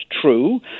true